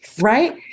right